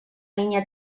niña